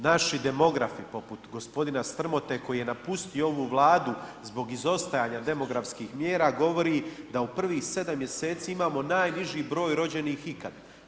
Naši demografi poput gospodina Strmote koji je napustio ovu Vladu zbog izostajanja demografskih mjera govori da u prvih 7 mjeseci imamo najniži broj rođenih ikad.